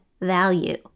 value